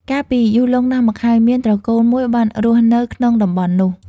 កាលពីយូរលង់ណាស់មកហើយ មានត្រកូលមួយបានរស់នៅក្នុងតំបន់នោះ។